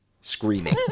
screaming